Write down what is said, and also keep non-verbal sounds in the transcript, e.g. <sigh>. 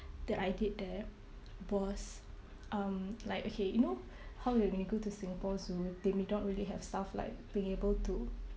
that I did there was um like okay you know <breath> how like when you go to Singapore zoo they may not really have stuff like being able to